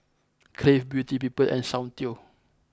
Crave Beauty People and Soundteoh